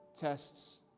tests